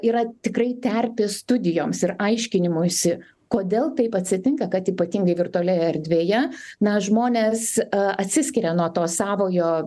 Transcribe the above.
yra tikrai terpė studijoms ir aiškinimuisi kodėl taip atsitinka kad ypatingai virtualioje erdvėje na žmonės atsiskiria nuo to savojo